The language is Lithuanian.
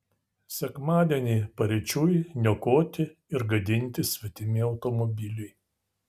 sekmadienį paryčiui niokoti ir gadinti svetimi automobiliai